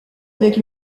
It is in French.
avec